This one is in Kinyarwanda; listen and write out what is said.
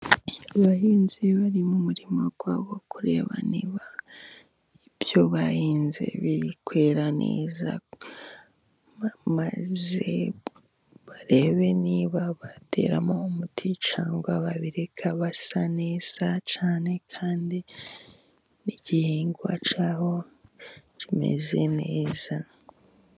Abahinzi bari mu murima wabo, kureba niba ibyo bahinze biri kwera neza, maze barebe niba bateramo umuti cyangwa babireka. Basa neza cyane kandi n'igihingwa cyaho kimeze neza.